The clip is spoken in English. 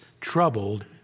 troubled